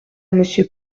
monsieur